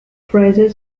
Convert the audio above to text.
fraser